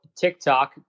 TikTok